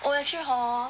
oh actually hor